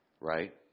Right